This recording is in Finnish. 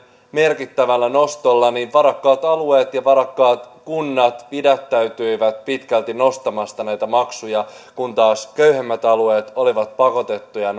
merkittävästä nostosta niin varakkaat alueet ja varakkaat kunnat pidättäytyivät pitkälti nostamasta näitä maksuja kun taas köyhemmät alueet olivat pakotettuja